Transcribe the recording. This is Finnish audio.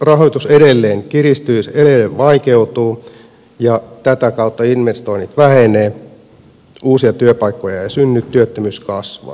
rahoitus edelleen kiristyy se edelleen vaikeutuu ja tätä kautta investoinnit vähenevät uusia työpaikkoja ei synny työttömyys kasvaa